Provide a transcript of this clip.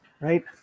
right